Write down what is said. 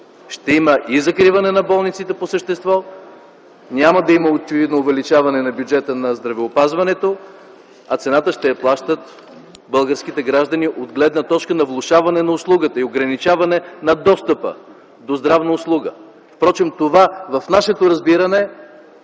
ще има и закриване на болниците по същество, очевидно няма да има увеличаване на бюджета на здравеопазването, а цената ще я плащат българските граждани от гледна точка на влошаване на услугата и ограничаване на достъпа до здравна услуга. Това в нашето разбиране